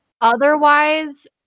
otherwise